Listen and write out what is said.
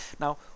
Now